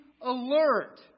alert